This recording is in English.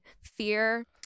fear